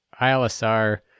ILSR